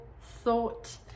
thought